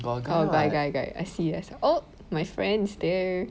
got guy guy guy I see oh my friends there